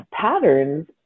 patterns